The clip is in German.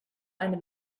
eine